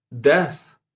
death